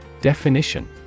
Definition